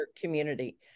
community